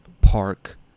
park